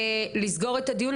ולסגור את הדיון.